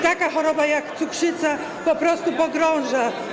Taka choroba jak cukrzyca po prostu pogrąża.